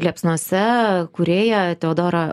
liepsnose kūrėją teodorą